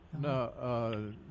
No